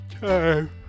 time